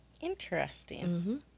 interesting